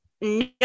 no